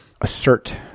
Assert